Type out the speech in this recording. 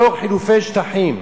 תוך חילופי שטחים.